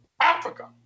Africa